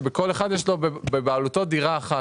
שלכל אחד יש בבעלותו דירה אחת.